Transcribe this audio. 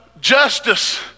justice